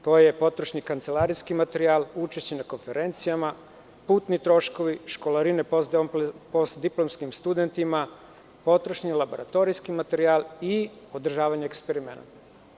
To je potrošni kancelarijski materijal, učešće na konferencijama, putni troškovi, školarine postdiplomskim studentima, potrošni laboratorijski materijal i održavanje eksperimenata.